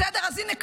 אז הינה,